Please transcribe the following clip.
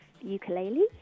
ukulele